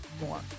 more